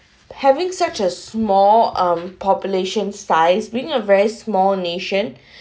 having such as small um population size being a very small nation